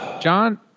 John